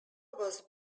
was